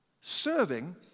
Serving